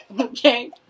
Okay